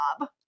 job